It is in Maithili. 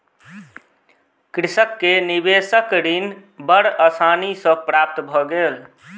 कृषक के निवेशक ऋण बड़ आसानी सॅ प्राप्त भ गेल